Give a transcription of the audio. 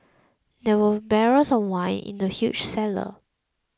there were barrels of wine in the huge cellar